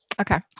Okay